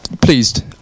pleased